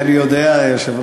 כן, הוא יודע, היושב-ראש.